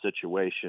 situation